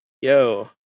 yo